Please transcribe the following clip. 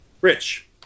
Rich